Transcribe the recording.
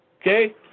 Okay